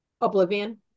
Oblivion